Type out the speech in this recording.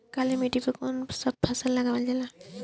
काली मिट्टी पर कौन सा फ़सल उगावल जाला?